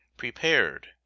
prepared